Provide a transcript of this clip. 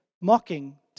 mocking